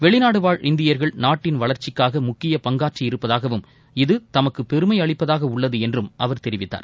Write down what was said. வெளிநாடுவாழ் இந்தியர்கள் நாட்டின் வளர்ச்சிக்காக முக்கிய பங்காற்றி இருப்பதாகவும் இது தமக்கு பெருமை அளிப்பதாக உள்ளது என்றும் அவர் தெரிவித்தார்